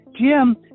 Jim